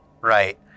right